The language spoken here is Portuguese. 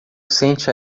sente